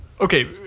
Okay